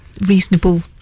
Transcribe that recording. reasonable